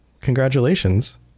Congratulations